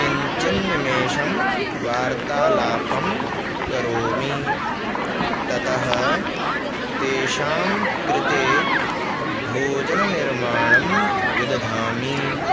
किञ्चिन्निमेषं वार्तालापं करोमि ततः तेषां कृते भोजननिर्माणं विदधामि